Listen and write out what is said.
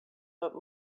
but